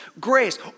grace